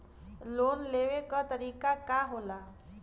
Loan लेवे क तरीकाका होला?